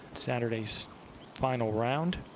saturday's final round.